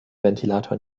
ventilator